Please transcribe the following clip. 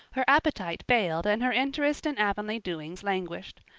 her appetite failed and her interest in avonlea doings languished.